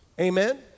Amen